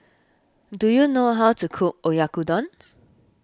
do you know how to cook Oyakodon